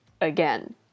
again